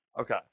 Okay